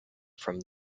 from